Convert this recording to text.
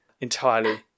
entirely